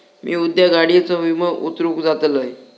मी उद्या गाडीयेचो विमो उतरवूक जातलंय